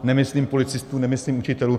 Nemyslím policistů, nemyslím učitelů.